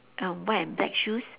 uh white and black shoes